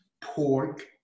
pork